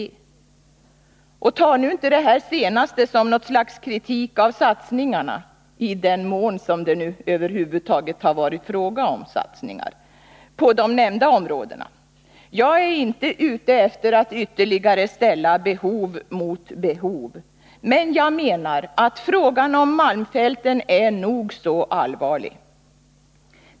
Ta nu inte det senaste som något slags kritik av satsningarna — i den mån det nu över huvud taget har varit fråga om satsningar — på de nämnda områdena! Jag är inte ute efter att ytterligare ställa behov mot behov, men jag menar att frågan om malmfälten är nog så allvarlig.